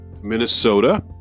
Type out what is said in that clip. Minnesota